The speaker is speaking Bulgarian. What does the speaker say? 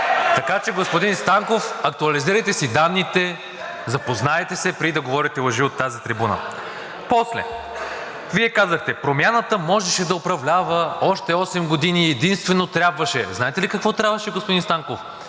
Така че, господин Станков, актуализирайте си данните, запознайте се, преди да говорите лъжи от тази трибуна. После, Вие казахте: „Промяната можеше да управлява още осем години, единствено трябваше…“ – знаете ли какво трябваше, господин Станков?